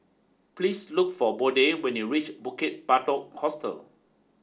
please look for Bode when you reach Bukit Batok Hostel